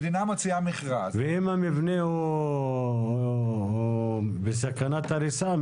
ואם המבנה הוא בסכנת הריסה,